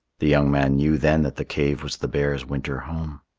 the young man knew then that the cave was the bear's winter home.